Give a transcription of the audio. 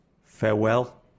Farewell